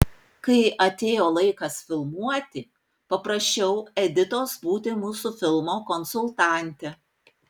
kai atėjo laikas filmuoti paprašiau editos būti mūsų filmo konsultante